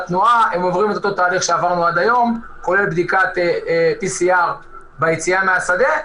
התפעולית לעשות איזו הבחנה כזאת בטיסות החוזרות.